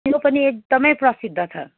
त्यो पनि एकदम प्रसिद्ध छ